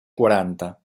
quaranta